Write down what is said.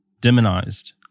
demonized